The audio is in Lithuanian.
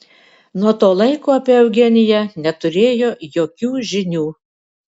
nuo to laiko apie eugeniją neturėjo jokių žinių